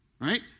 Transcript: right